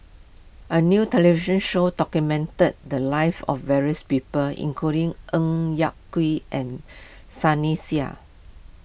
a new television show documented the lives of various people including Ng Yak Whee and Sunny Sia